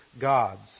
gods